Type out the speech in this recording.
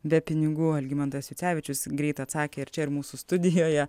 be pinigų algimantas jucevičius greit atsakė ir čia ir mūsų studijoje